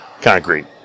concrete